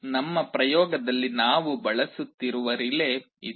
ನಮ್ಮ ಪ್ರಯೋಗದಲ್ಲಿ ನಾವು ಬಳಸುತ್ತಿರುವ ರಿಲೇ ಇದು